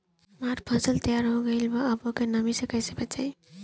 हमार फसल तैयार हो गएल बा अब ओके नमी से कइसे बचाई?